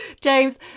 James